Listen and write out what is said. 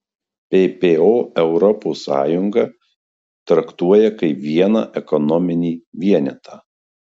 ppo europos sąjungą traktuoja kaip vieną ekonominį vienetą